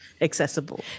accessible